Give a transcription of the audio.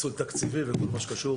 ניצול תקציבים וכל מה שקשור